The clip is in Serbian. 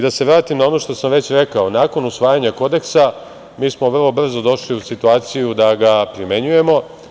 Da se vratim na ono što sam već rekao, nakon usvajanja Kodeksa, mi smo vrlo brzo došli u situaciju da ga primenjujemo.